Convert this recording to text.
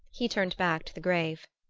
he turned back to the grave.